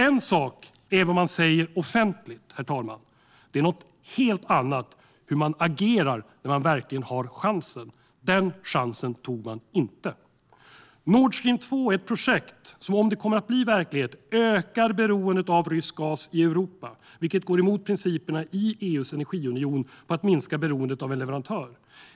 En sak är vad man säger offentligt, herr talman, men det är något helt annat hur man agerar när man verkligen har chansen. Den chansen tog man inte. Nord Stream 2 är ett projekt som om det blir verklighet ökar beroendet av rysk gas i Europa, vilket går emot principerna i EU:s energiunion om att minska beroendet av en leverantör.